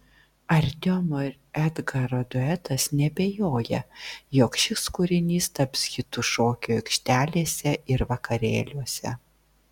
artiomo ir edgaro duetas neabejoja jog šis kūrinys taps hitu šokių aikštelėse ir vakarėliuose